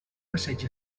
passeig